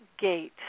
gate